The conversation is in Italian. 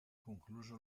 concluso